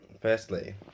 Firstly